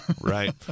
right